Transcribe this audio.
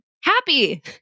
happy